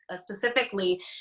specifically